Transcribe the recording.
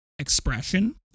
expression